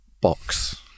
box